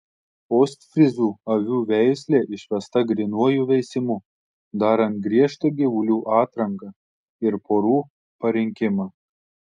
ostfryzų avių veislė išvesta grynuoju veisimu darant griežtą gyvulių atranką ir porų parinkimą